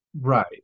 Right